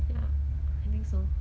ya I think so